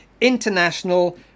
international